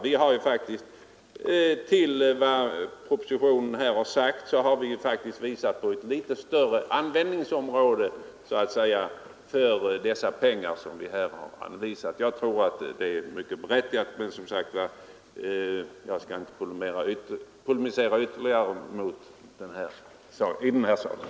Vi har ju faktiskt i förhållande till propositionen visat på ett litet större användningsområde för dessa pengar. Jag tror att det är mycket berättigat, men jag skall som sagt inte polemisera ytterligare i saken.